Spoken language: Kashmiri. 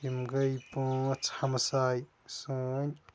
یِم گٔے پانٛژھ ہَمساے سٲنۍ